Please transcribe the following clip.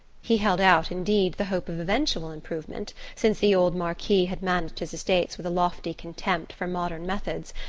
he held out, indeed, the hope of eventual improvement, since the old marquis had managed his estates with a lofty contempt for modern methods,